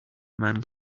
man